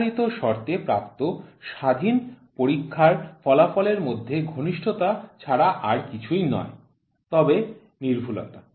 নির্ধারিত শর্তে প্রাপ্ত স্বাধীন পরীক্ষার ফলাফলের মধ্যে ঘনিষ্ঠতা ছাড়া আর কিছুই নয় তবে সূক্ষ্মতা